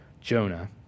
Jonah